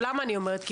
למה אני אומרת?